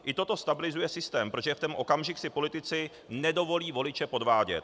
I toto stabilizuje systém, protože v ten okamžik si politici nedovolí voliče podvádět.